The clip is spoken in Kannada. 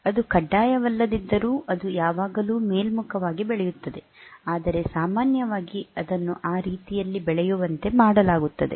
ಅದು ಕಡ್ಡಾಯವಲ್ಲದಿದ್ದರೂ ಅದು ಯಾವಾಗಲೂ ಮೇಲ್ಮುಖವಾಗಿ ಬೆಳೆಯುತ್ತದೆ ಆದರೆ ಸಾಮಾನ್ಯವಾಗಿ ಅದನ್ನು ಆ ರೀತಿಯಲ್ಲಿ ಬೆಳೆಯುವಂತೆ ಮಾಡಲಾಗುತ್ತದೆ